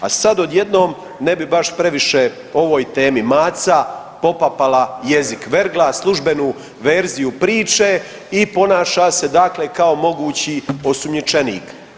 A sad odjednom ne bi baš previše o ovoj temi, maca popapala jezik, vergla službenu verziju priče i ponaša se dakle kao mogući osumnjičenik.